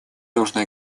должна